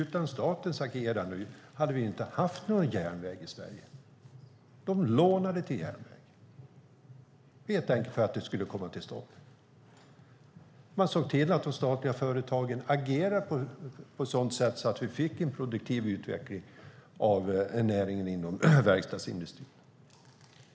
Utan statens agerande hade vi inte haft någon järnväg i Sverige. De lånade till järnvägen helt enkelt för att den skulle komma till stånd. Man såg till att de statliga företagen agerade på ett sådant sätt att vi fick en produktiv utveckling av en näring inom verkstadsindustrin.